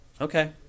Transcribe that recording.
Okay